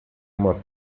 uma